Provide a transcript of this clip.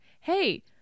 hey